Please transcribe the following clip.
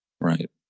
Right